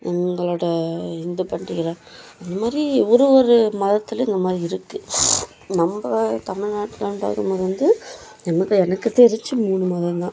எங்களோடய இந்து பண்டிகையில் அந்த மாதிரி ஒரு ஒரு மதத்தில் இந்த மாதிரி இருக்குது நம்ம தமிழ்நாட்டில் இரண்டாவது வந்து என்ன எனக்கு தெரிஞ்சி மூணு மதம்தான்